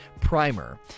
primer